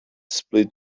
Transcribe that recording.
split